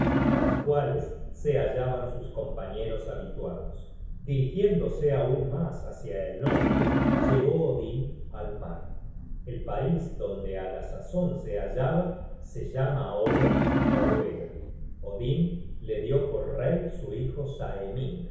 á las cuales se hallaban sus compañeros habituados content from google book search generated at dirigiéndose aun mas hácia el norte llegó odin al mar el pais donde á la sazon se hallaba se llama ahora noruega odin la dió por rey su hijo